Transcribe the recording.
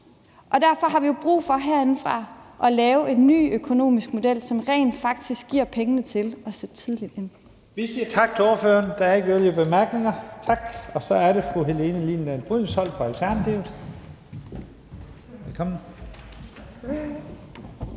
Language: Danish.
Derfor har vi jo brug for herindefra at lave en ny økonomisk model, som rent faktisk giver pengene til at sætte tidligt ind. Kl. 15:40 Første næstformand (Leif Lahn Jensen): Vi siger tak til ordføreren. Der er ikke yderligere bemærkninger. Så er det fru Helene Liliendahl Brydensholt fra Alternativet. Velkommen.